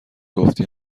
گفتی